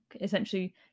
essentially